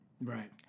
Right